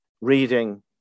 reading